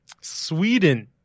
Sweden